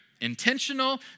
Intentional